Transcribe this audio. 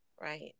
right